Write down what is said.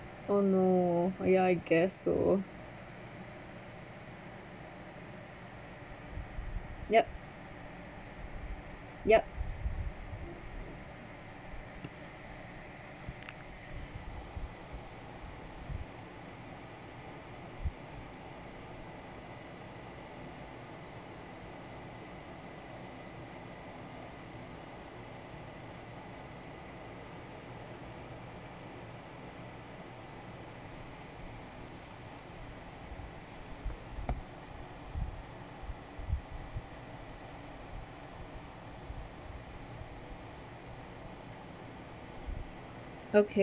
oh no yeah I guess so yup yup okay